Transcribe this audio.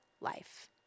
life